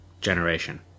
generation